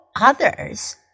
others